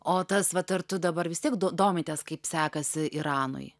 o tas vat ar tu dabar vis tiek do domitės kaip sekasi iranui